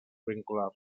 vincular